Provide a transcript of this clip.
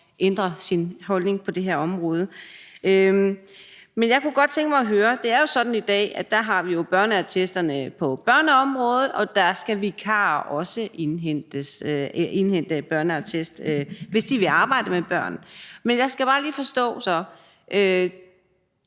ændre holdning på det her område. Men jeg kunne godt tænke mig at høre om noget. Det er jo sådan i dag, at vi har børneattesterne på børneområdet, og der skal også indhentes børneattest for vikarer, hvis de vil arbejde med børn. Men jeg skal så bare lige forstå